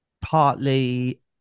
partly